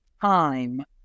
time